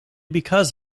because